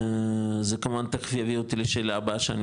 זה כמובן מביא אותי לשאלה הבאה שאני